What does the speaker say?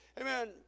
Amen